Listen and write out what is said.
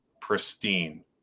pristine